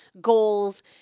goals